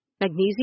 Magnesium